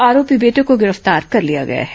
आरोपी बेटे को गिरफ्तार कर लिया गया है